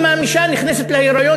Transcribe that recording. אם האישה נכנסת להיריון,